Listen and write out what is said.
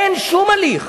אין שום הליך